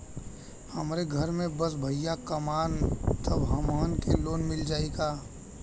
हमरे घर में बस भईया कमान तब हमहन के लोन मिल जाई का?